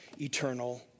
eternal